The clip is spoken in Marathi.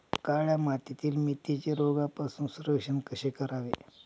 काळ्या मातीतील मेथीचे रोगापासून संरक्षण कसे करावे?